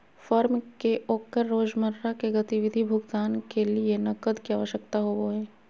firm के ओकर रोजमर्रा के गतिविधि भुगतान के लिये नकद के आवश्यकता होबो हइ